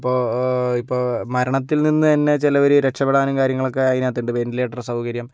അപ്പോൾ ഇപ്പോൾ മരണത്തിൽ നിന്ന് തന്നെ ചിലവർ രക്ഷപ്പെടാനും കാര്യങ്ങളൊക്കേ അതിനകത്തുണ്ട് വെൻറ്റിലേറ്റർ സൗകര്യം